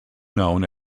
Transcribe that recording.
known